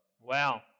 Wow